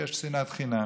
כשיש שנאת חינם